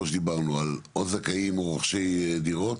כמו שדיברנו, או זכאים או רוכשי דירות,